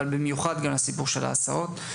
אבל במיוחד סביב הסיפור של ההסעות.